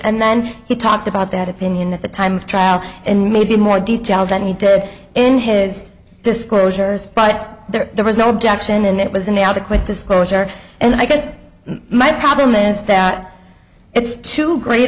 and then he talked about that opinion at the time of trial and maybe more detail than he did in his disclosures but there was no objection and it was an adequate disclosure and i guess my problem is that it's too great